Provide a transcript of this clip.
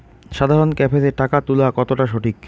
সাধারণ ক্যাফেতে টাকা তুলা কতটা সঠিক?